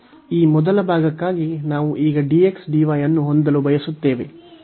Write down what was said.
ಈ ಮೊದಲ ಭಾಗಕ್ಕಾಗಿ ನಾವು ಈಗ dx dy ಅನ್ನು ಹೊಂದಲು ಬಯಸುತ್ತೇವೆ